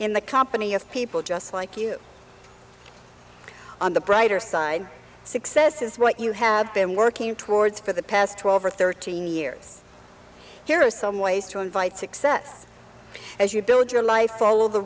in the company of people just like you on the brighter side success is what you have been working towards for the past twelve or thirteen years here are some ways to invite success as you build your life follow the